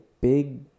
big